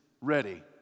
ready